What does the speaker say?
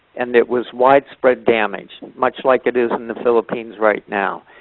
and it was widespread damage, much like it is in the philippines right now.